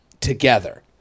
together